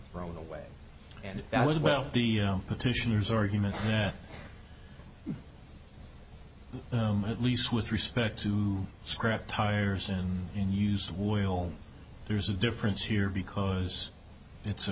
thrown away and that was well the petitioner's argument net them at least with respect to scrap tires and in use while there's a difference here because it's a